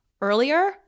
earlier